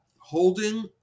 holding